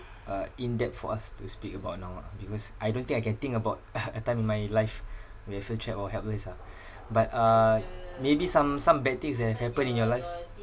uh in depth for us to speak about now ah because I don't think I can think about a time in my life where I felt trapped or helpless ah but uh maybe some some bad things that happened in your life